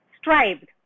strived